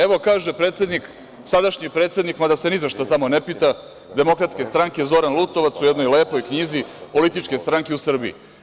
Evo, kaže predsednik, sadašnji predsednik mada se ni zašta tamo ne pita, DS, Zoran Lutovac, u jednoj lepoj knjizi „Političke stranke u Srbiji“